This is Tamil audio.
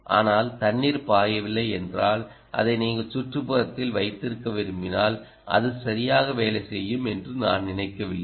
ஆனால் தண்ணீர் பாயவில்லை என்றால் அதை நீங்கள் சுற்றுப்புறத்தில் வைத்திருக்க விரும்பினால் அது சரியாக வேலை செய்யும் என்று நான் நினைக்கவில்லை